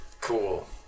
Cool